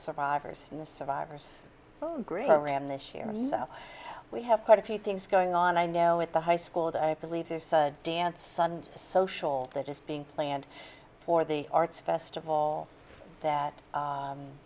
survivors in the survivors graham this year we have quite a few things going on i know at the high school that i believe there's a dance social that is being planned for the arts festival that